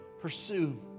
pursue